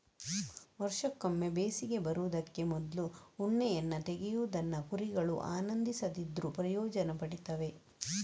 ವರ್ಷಕ್ಕೊಮ್ಮೆ ಬೇಸಿಗೆ ಬರುದಕ್ಕೆ ಮೊದ್ಲು ಉಣ್ಣೆಯನ್ನ ತೆಗೆಯುವುದನ್ನ ಕುರಿಗಳು ಆನಂದಿಸದಿದ್ರೂ ಪ್ರಯೋಜನ ಪಡೀತವೆ